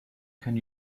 can